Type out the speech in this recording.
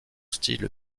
style